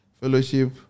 Fellowship